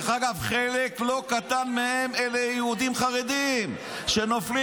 חלק לא קטן מהם אלה יהודים חרדים שנופלים